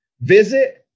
visit